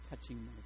touching